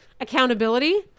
accountability